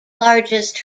largest